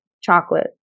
chocolate